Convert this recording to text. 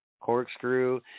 corkscrew